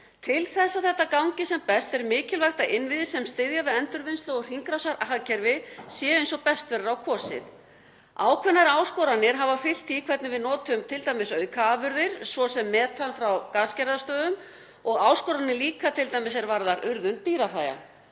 Til þess að þetta gangi sem best er mikilvægt að innviðir sem styðja við endurvinnslu og hringrásarhagkerfið séu eins og best verður á kosið. Ákveðnar áskoranir hafa fylgt því hvernig við notum t.d. aukaafurðir, svo sem metan frá gasgerðarstöðvum, og líka áskoranir er varða urðun dýrahræja.